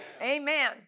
Amen